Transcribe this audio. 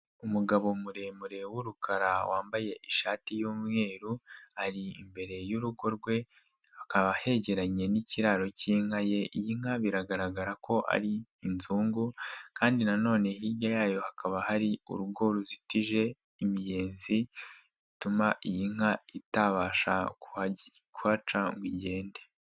Umugabo muremure w'urukara wambaye ishati y'umweru ari imbere y'urugo rwe, hakaba hegeranye n'ikiraro cy'inka ye, iyi nka biragaragara ko ari in inzungu kandi nanone hirya yayo hakaba hari urugo ruzitije imiyenzi ituma iyi nka itabasha kuhaca ngo igende.